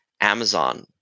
amazon